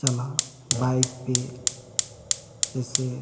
चला बाइक पर ऐसे